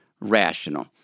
rational